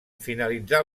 finalitzar